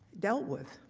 dealt with.